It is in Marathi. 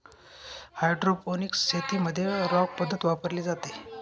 हायड्रोपोनिक्स शेतीमध्ये रॉक पद्धत वापरली जाते